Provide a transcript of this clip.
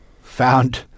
found